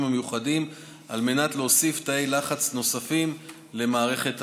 המיוחדים על מנת להוסיף תאי לחץ נוספים למערכת הבריאות.